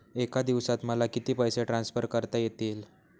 एका दिवसात मला किती पैसे ट्रान्सफर करता येतील?